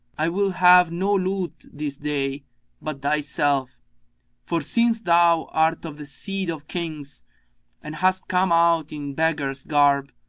i will have no loot this day but thy self for since thou art of the seed of kings and hast come out in beggar's garb,